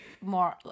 more